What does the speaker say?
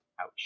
Ouch